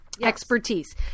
Expertise